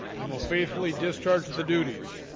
and will faithfully discharge the duties